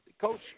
coach